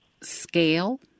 scale